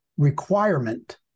requirement